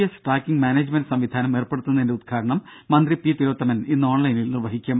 S tracking management സംവിധാനം ഏർപ്പെടുത്തുന്നതിന്റെ ഉദ്ഘാടനം മന്ത്രി പി തിലോത്തമൻ ഇന്ന് ഓൺലൈനിൽ നിർവഹിക്കും